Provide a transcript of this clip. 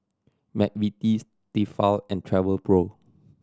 McVitie's Tefal and Travelpro